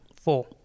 four